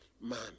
man